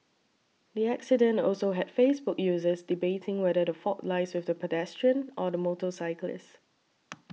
the accident also had Facebook users debating whether the fault lies with the pedestrian or the motorcyclist